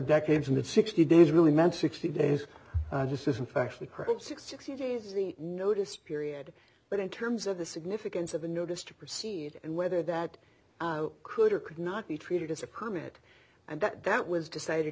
decades and sixty days really meant sixty days just isn't factually correct sixty days notice period but in terms of the significance of a notice to proceed and whether that could or could not be treated as a permit and that that was decided